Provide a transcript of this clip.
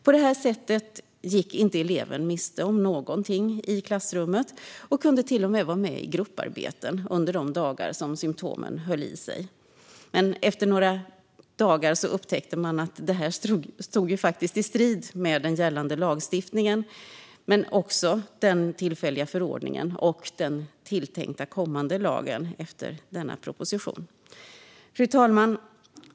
På det här sättet gick eleven inte heller miste om någonting i klassrummet och kunde till och med vara med i grupparbeten under de dagar symtomen höll i sig. Efter några dagar upptäckte man dock att detta faktiskt stod i strid med den gällande lagstiftningen men också med den tillfälliga förordningen och den tilltänkta kommande lagen efter denna proposition. Fru talman!